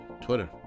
Twitter